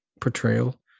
portrayal